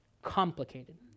complicated